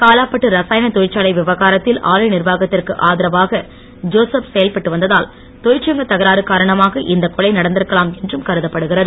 காலாப்பட்டு இரசாயனத் தொழிற்சாலை விவகாரத்தில் ஆலை நிர்வாகத்திற்கு ஆதரவாக ஜோசப் செயல்பட்டு வந்ததால் தொழிற்சங்க தகராறு காரணமாக இந்தக் கொலை நடந்திருக்கலாம் என்றும் கருதப்படுகிறது